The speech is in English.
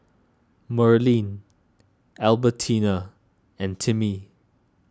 Merlene Albertina and Timmy